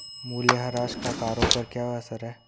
मूल्यह्रास का करों पर क्या असर है?